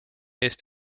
eest